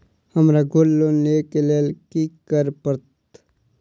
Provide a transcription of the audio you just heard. हमरा gold loan लिय केँ लेल की करऽ पड़त?